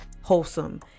wholesome